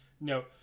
no